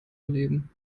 erleben